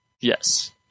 Yes